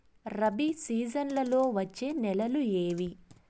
రబి సీజన్లలో వచ్చే నెలలు ఏవి?